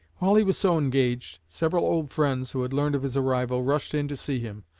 while he was so engaged, several old friends, who had learned of his arrival, rushed in to see him,